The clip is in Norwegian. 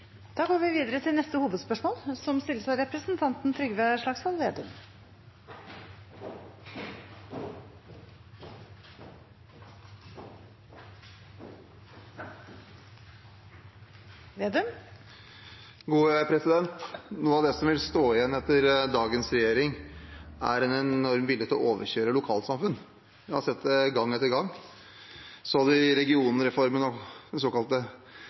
går videre til neste hovedspørsmål. Noe av det som vil stå igjen etter dagens regjering, er en enorm vilje til å overkjøre lokalsamfunn. Vi har sett det gang etter gang. Vi hadde regionreformen, den såkalte